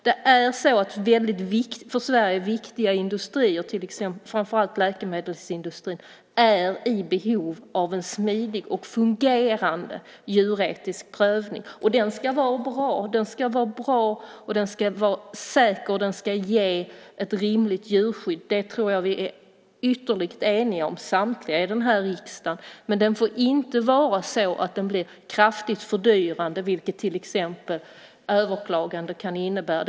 Detta är för Sverige viktiga industrier, framför allt läkemedelsindustrin, och de är i behov av en smidig och fungerande djuretisk prövning. Den ska vara bra, den ska vara säker och den ska ge ett rimligt djurskydd. Det tror jag att vi är ytterligt eniga om - samtliga i den här riksdagen. Men det får inte vara så att det blir kraftigt fördyrande, vilket till exempel överklaganden kan innebära.